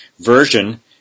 version